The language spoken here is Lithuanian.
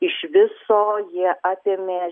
iš viso jie apėmė